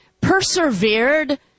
persevered